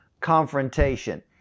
confrontation